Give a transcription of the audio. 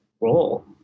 role